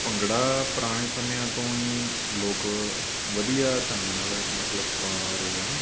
ਭੰਗੜਾ ਪੁਰਾਣੇ ਸਮਿਆਂ ਤੋਂ ਹੀ ਲੋਕ ਵਧੀਆ ਢੰਗ ਨਾਲ ਮਤਲਬ ਪਾ ਰਹੇ ਹਨ